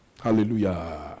Hallelujah